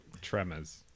Tremors